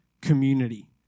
community